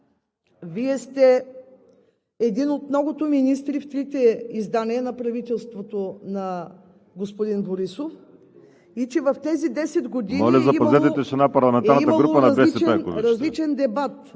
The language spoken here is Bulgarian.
Вие сте един от многото министри в трите издания на правителството на господин Борисов и че в тези години е имало различен дебат